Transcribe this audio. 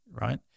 right